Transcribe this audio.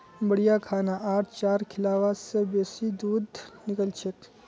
बढ़िया खाना आर चारा खिलाबा से बेसी दूध निकलछेक